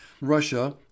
russia